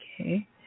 okay